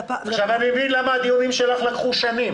עכשיו אני מבין למה הדיונים שלך לקחו שנים.